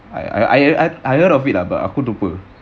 I I I heard of it lah but aku terlupa